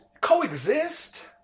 coexist